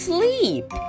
Sleep